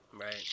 Right